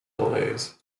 delays